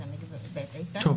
טוב.